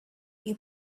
you